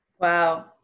Wow